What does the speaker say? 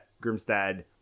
Grimstad